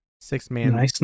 Six-man